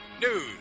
news